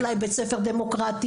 אולי בית ספר דמוקרטי,